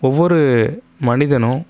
ஒவ்வொரு மனிதனும்